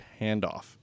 handoff